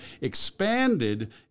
expanded